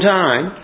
time